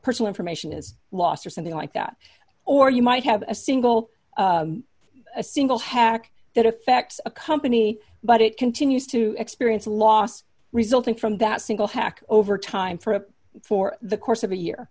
personal information is lost or something like that or you might have a single a single hack that affects a company but it continues to experience a loss resulting from that single hack over time for a for the course